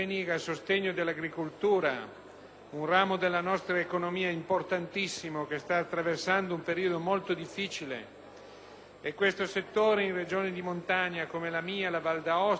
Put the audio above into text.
un ramo della nostra economia importantissimo che sta attraversando un periodo molto difficile e questo settore, in Regioni di montagna come la mia, la Valle d'Aosta, è ancora più in difficoltà.